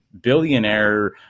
billionaire